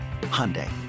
Hyundai